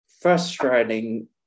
frustrating